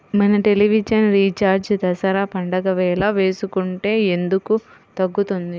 మన television recharge Dasara పండగ వేళ వేసుకుంటే ఎందుకు తగ్గుతుంది?